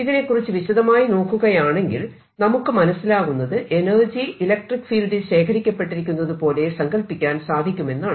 ഇതിനെ കുറിച്ച് വിശദമായി നോക്കുകയാണെങ്കിൽ നമുക്ക് മനസിലാകുന്നത് എനർജി ഇലക്ട്രിക്ക് ഫീൽഡിൽ ശേഖരിക്കപ്പെട്ടിരിക്കുന്നത് പോലെ സങ്കൽപ്പിക്കാൻ സാധിക്കുമെന്നാണ്